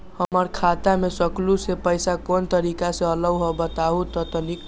हमर खाता में सकलू से रूपया कोन तारीक के अलऊह बताहु त तनिक?